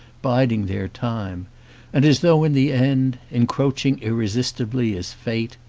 biding their time and as though in the end, encroaching irresistibly as fate,